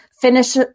finish